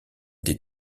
des